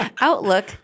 Outlook